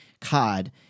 Cod